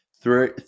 Three